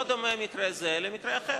לא דומה מקרה זה למקרה אחר.